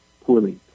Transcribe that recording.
poorly